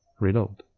reload.